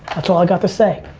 that's all i've got to say.